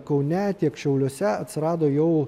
kaune tiek šiauliuose atsirado jau